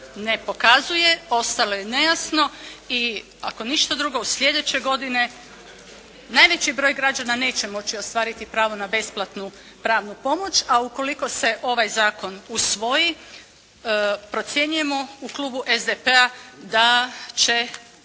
ne pokazuje, postalo je nejasno. I ako ništa drugo od sljedeće godine, najveći broj građana neće moći ostvariti pravo na besplatnu pravnu pomoć. A ukoliko se ovaj zakon usvoji procjenjujemo u klubu SDP-a da će